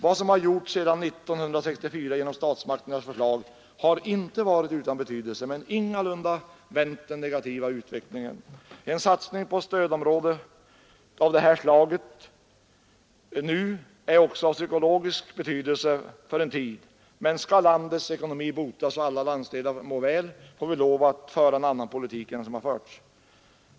Vad som gjorts sedan 1964 genom statsmakternas förslag har inte varit utan betydelse men har ingalunda vänt den negativa utvecklingen. En satsning på ett stödområde av det här slaget nu är av psykologisk betydelse för en tid, men skall landets ekonomi botas och alla landsdelar må väl, får vi lov att föra en annan politik än den nuvarande.